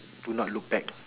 do not look back